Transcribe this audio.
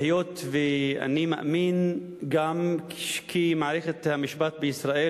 היות שאני מאמין גם כי מערכת המשפט בישראל